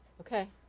okay